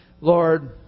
Lord